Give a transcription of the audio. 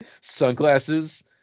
sunglasses